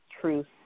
truth